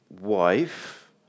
wife